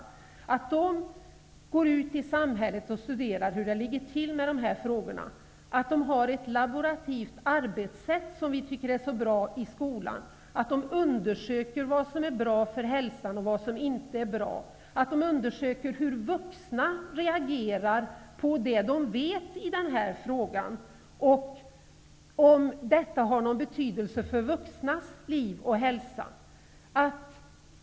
Jag tycker att de skall gå ut i samhället och studera hur det ligger till med dessa frågor, att de har ett laborativt arbetssätt, vilket vi anser är så bra i skolan, att de undersöker vad som är bra för hälsan och vad som inte är bra och att de undersöker hur vuxna reagerar på det som de vet i denna fråga och om detta har någon betydelse för vuxnas liv och hälsa.